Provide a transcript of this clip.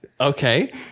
okay